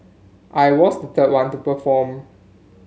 I was the third one to perform